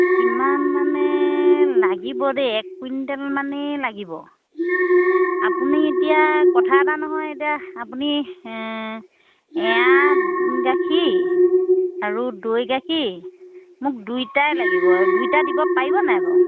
কিমান মানে লাগিব দেই এক কুইণ্টেল মানেই লাগিব আপুনি এতিয়া কথা এটা নহয় এতিয়া আপুনি এৱা গাখীৰ আৰু দৈ গাখীৰ মোক দুইটাই লাগিব দুইটা দিব পাৰিব নাই বাৰু